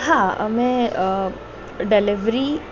હા અમે ડેલીવરી